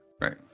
right